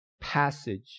passage